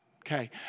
Okay